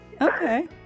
Okay